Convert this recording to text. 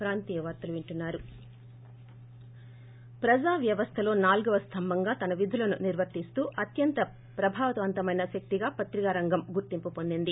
break ప్రజా వ్యవస్లలో నాల్గో స్తంభంగా తన విధులను నిర్వర్ణిస్తూ అత్యంత ప్రభావంతమైన శక్తిగా పత్రికా రంగం గుర్తింపు పొందింది